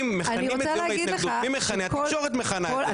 יום ההתנגדות, מי מכנה התקשורת מכנה את זה.